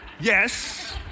yes